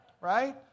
right